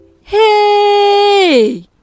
Hey